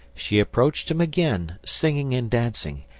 she approached him again, singing and dancing,